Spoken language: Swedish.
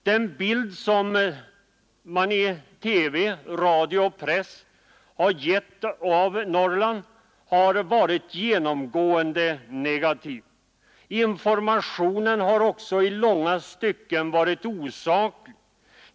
Den bild som TV, radio och press har givit av Norrland har varit genomgående negativ. Informationen har också i långa stycken varit osaklig.